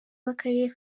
w’akarere